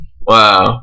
wow